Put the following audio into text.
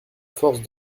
force